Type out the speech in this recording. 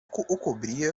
cobria